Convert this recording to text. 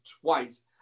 twice